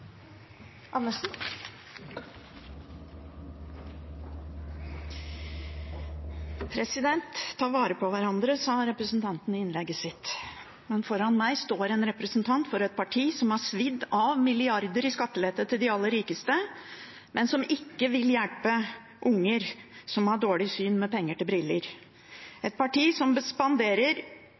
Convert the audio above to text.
Ta vare på hverandre, sa representanten i innlegget sitt, men foran meg står en representant for et parti som har svidd av milliarder i skattelette til de aller rikeste, men som ikke vil hjelpe unger som har dårlig syn, med penger til briller, et parti som spanderer